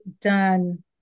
done